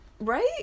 right